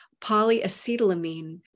polyacetylamine